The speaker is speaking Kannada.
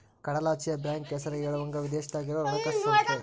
ಕಡಲಾಚೆಯ ಬ್ಯಾಂಕ್ ಹೆಸರ ಹೇಳುವಂಗ ವಿದೇಶದಾಗ ಇರೊ ಹಣಕಾಸ ಸಂಸ್ಥೆ